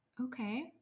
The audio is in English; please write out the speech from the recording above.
Okay